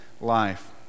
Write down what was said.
life